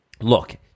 Look